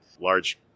large